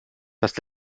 das